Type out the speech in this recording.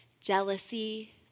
jealousy